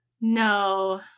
No